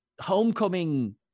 Homecoming